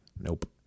nope